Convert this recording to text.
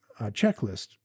checklist